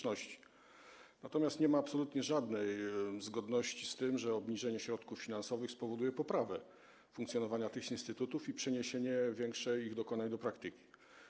Natomiast nie ma absolutnie żadnej zgodności, nie ma logiki w tym, że obniżenie środków finansowych spowoduje poprawę funkcjonowania tych instytutów i przeniesienie większej części ich dokonań do praktyki.